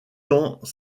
tant